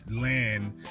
land